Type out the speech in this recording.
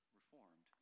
reformed